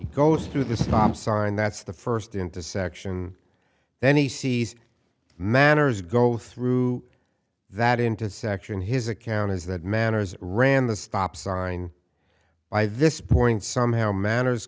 goes through the stop sign that's the first intersection then he sees manors go through that intersection his account is that manners ran the stop sign by this point somehow man